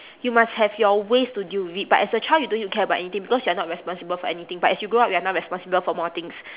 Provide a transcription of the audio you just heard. you must have your ways to deal with it but as a child you don't need to care about anything because you're not responsible for anything but as you grow up you're now responsible for more things